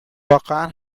واقعا